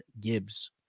Gibbs